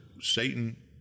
Satan